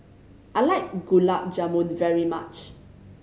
I like Gulab Jamun very much